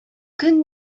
көн